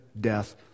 death